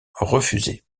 refusée